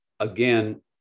Again